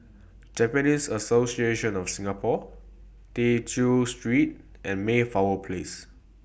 Japanese Association of Singapore Tew Chew Street and Mayflower Place